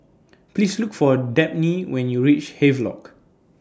Please Look For Dabney when YOU REACH Havelock